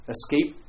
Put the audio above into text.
Escape